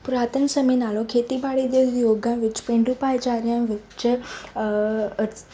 ਪੁਰਾਤਨ ਸਮੇਂ ਨਾਲੋਂ ਖੇਤੀਬਾੜੀ ਦੇ ਉਦਯੋਗਾਂ ਵਿੱਚ ਪੇਂਡੂ ਭਾਈਚਾਰਿਆਂ ਵਿੱਚ